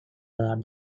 third